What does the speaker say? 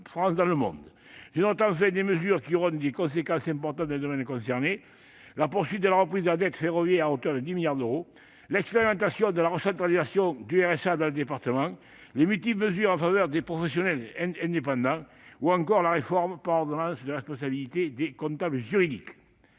France dans le monde. J'ai relevé par ailleurs des mesures qui auront des conséquences importantes dans les domaines concernés : la poursuite de la reprise de la dette ferroviaire à hauteur de 10 milliards d'euros, l'expérimentation de la recentralisation du RSA dans les départements volontaires, les multiples mesures prises en faveur des professionnels indépendants ou encore la réforme par ordonnance du régime de responsabilité des comptables publics.